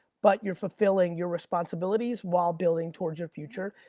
but you're fulfilling your responsibilities while building towards your future.